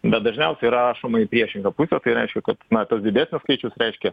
bet dažniausiai rašoma į priešingą pusę tai reiškia kad na tas didesnis skaičius reiškia